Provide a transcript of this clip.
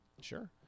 Sure